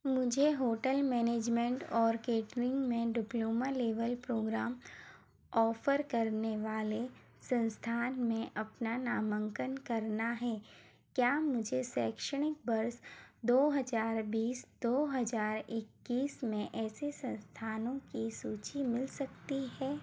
मुझे hotel management और catering में डिप्लोमा लेवल प्रोग्राम ऑफ़र करने वाले संस्थान में अपना नामांकन करना है क्या मुझे शैक्षणिक वर्ष दो हज़ार बीस दो हज़ार इक्कीस में ऐसे संस्थानों की सूची मिल सकती है